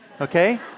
okay